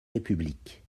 république